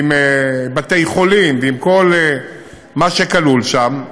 עם בתי-חולים ועם כל מה שכלול שם.